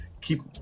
keep